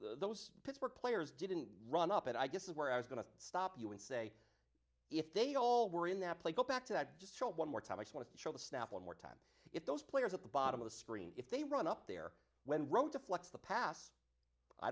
those pittsburgh players didn't run up at i guess is where i was going to stop you and say if they all were in that play go back to that just one more time i want to show the snap one more time if those players at the bottom of the screen if they run up there when wrong to flex the pass i